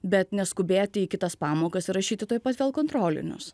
bet neskubėti į kitas pamokas ir rašyti tuoj pat vėl kontrolinius